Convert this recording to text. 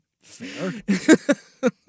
Fair